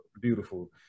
beautiful